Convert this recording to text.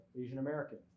asian-american